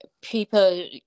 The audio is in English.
people